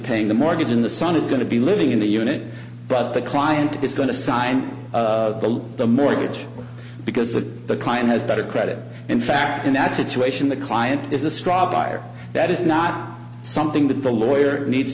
paying the mortgage in the sun is going to be living in the unit but the client is going to sign the lease the mortgage because the the client has better credit in fact in that situation the client is a straw buyer that is not something that the lawyer needs